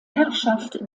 herrschaft